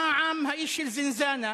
פעם האיש של "זינזאנה",